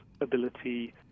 ability